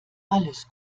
alles